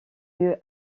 lieu